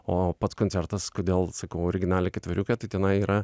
o pats koncertas kodėl sakau originalią ketveriukę tai tenai yra